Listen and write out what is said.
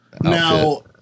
Now